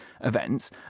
events